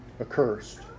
accursed